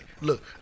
look